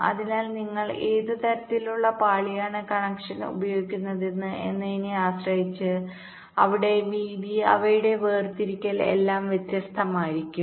അതിനാൽ നിങ്ങൾ ഏത് തരത്തിലുള്ള പാളിയാണ് കണക്ഷൻ ഉപയോഗിക്കുന്നത് എന്നതിനെ ആശ്രയിച്ച് അവിടെ വീതി അവയുടെ വേർതിരിക്കൽ എല്ലാം വ്യത്യസ്തമായിരിക്കും